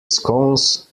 scones